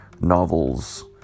novels